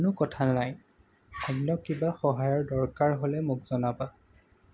কোনো কথা নাই অন্য কিবা সহায়ৰ দৰকাৰ হ'লে মোক জনাবা